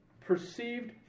perceived